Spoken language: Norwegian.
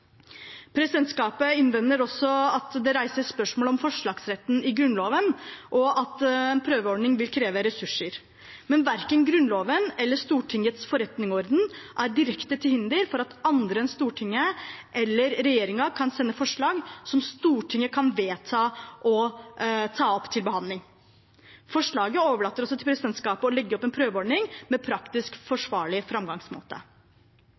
Presidentskapet viser til at det reises spørsmål om forslagsretten i Grunnloven, og at enprøveordning vil kreve ressurser. Men verken Grunnloven eller Stortingets forretningsorden er direkte til hinder for at andre enn Stortinget eller regjeringen kan sende forslag som Stortinget kan vedta å ta opp til behandling. Forslaget overlater også til presidentskapet å legge opp en prøveordning med praktisk forsvarlig framgangsmåte.